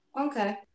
Okay